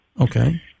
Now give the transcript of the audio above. okay